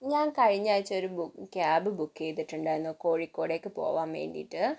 ഞാൻ കഴിഞ്ഞയാഴ്ച്ച ഒരു ക്യാബ് ബുക്ക് ചെയ്തിട്ടുണ്ടായിരുന്നു കോഴിക്കോടേയ്ക്ക് പോകുവാൻ വേണ്ടിയിട്ട്